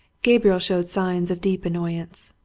gabriel showed signs of deep annoyance.